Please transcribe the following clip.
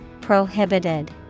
Prohibited